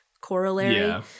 corollary